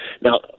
Now